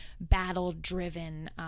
battle-driven